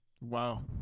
Wow